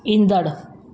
ईंदड़